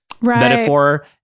metaphor